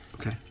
Okay